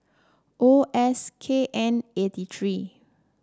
O S K N eighty three